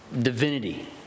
divinity